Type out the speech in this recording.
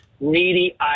needy